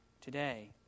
today